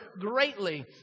greatly